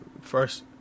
first